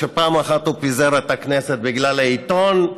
שפעם אחת הוא פיזר את הכנסת בגלל העיתון,